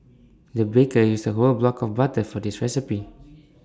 the baker used A whole block of butter for this recipe